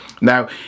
Now